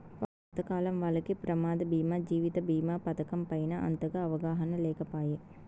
పాతకాలం వాల్లకి ప్రమాద బీమా జీవిత బీమా పతకం పైన అంతగా అవగాహన లేకపాయె